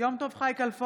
יום טוב חי כלפון,